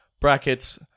brackets